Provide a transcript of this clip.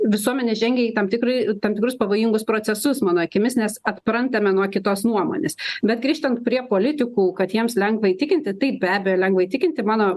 visuomenė žengia į tam tikri tam tikrus pavojingus procesus mano akimis nes atprantame nuo kitos nuomonės bet grįžtant prie politikų kad jiems lengva įtikinti tai be abejo lengva įtikinti mano